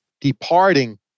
departing